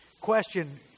question